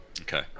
Okay